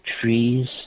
trees